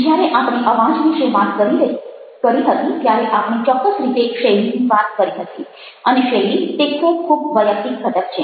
જ્યારે આપણે અવાજ વિશે વાત કરી હતી ત્યારે આપણે ચોક્કસ રીતે શૈલીની વાત કરી હતી અને શૈલી તે ખૂબ ખૂબ વૈયક્તિક ઘટક છે